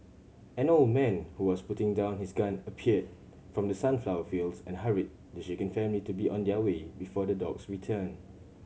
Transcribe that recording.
an old man who was putting down his gun appeared from the sunflower fields and hurried the shaken family to be on their way before the dogs return